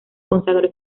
consagró